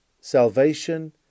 Salvation